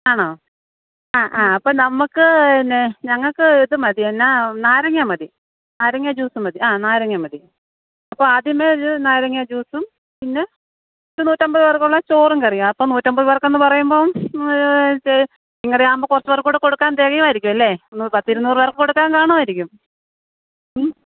ആണോ ആ ആ അപ്പം നമുക്ക് പിന്നെ ഞങ്ങൾക്ക് ഇത് മതി എന്നാൽ നാരങ്ങ മതി നാരങ്ങ ജ്യൂസ് മതി ആ നാരങ്ങ മതി അപ്പോൾ ആദ്യമേ നാരങ്ങ ജ്യൂസും പിന്നെ ഒരു നൂറ്റമ്പത് പേർക്കള്ള ചോറും കറിയും അപ്പോൾ നൂറ്റമ്പത് പേർക്കെന്ന് പറയുമ്പം ഇങ്ങനെ ആവുമ്പോൾ കുറച്ച് പേർക്ക് കൂടെ കൊടുക്കാൻ തികയുമായിരിക്കും അല്ലേ പത്ത് ഇരുന്നൂറ് പേർക്ക് കൊടുക്കാൻ കാണുമായിരിക്കും ഉം